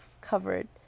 covered